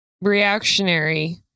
reactionary